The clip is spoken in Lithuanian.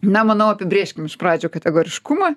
na manau apibrėžkim iš pradžių kategoriškumą